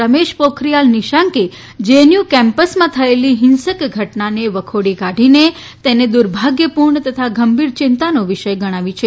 રમેશ પોખરિયાલ નિશાંકે જેએનયુ કેમ્પસમાં થયેલી હિંસક ઘટનાને વખોડી કાઢીને તેને દુર્ભાગ્યપૂર્ણ તથા ગંભીર ચિંતાનો વિષય ગણાવી છે